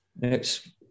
next